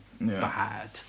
bad